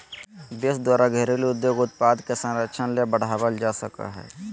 देश द्वारा घरेलू उद्योग उत्पाद के संरक्षण ले बढ़ावल जा सको हइ